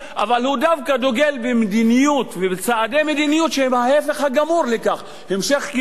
אבל הוא דווקא דוגל במדיניות ובצעדים שהם ההיפך הגמור מכך: המשך כיבוש,